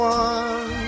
one